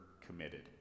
committed